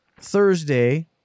Thursday